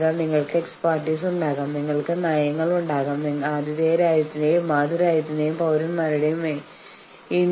അതിനാൽ ഏറ്റവും ഔപചാരികവും മാന്യവുമായിട്ട് നിങ്ങൾ എന്ന് പറയാനുള്ള മാർഗമായ ആപ് ഉപയോഗിക്കുന്നതാണ് നല്ലത്